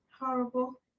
horrible